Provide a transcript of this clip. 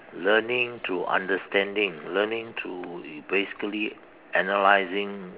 learning through understanding learning through basically analyzing